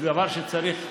זה דבר שמצריך חשיבה,